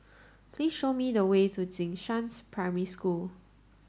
please show me the way to Jing Shan's Primary School